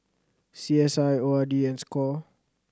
C S I O R D and score